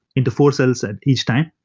into four cells at each time,